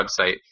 website